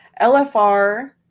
LFR